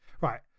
right